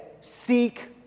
seek